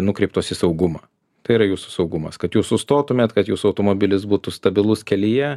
nukreiptos į saugumą tai yra jūsų saugumas kad jūs sustotumėt kad jūsų automobilis būtų stabilus kelyje